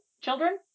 children